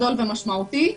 משמעותי.